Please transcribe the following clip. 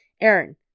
Aaron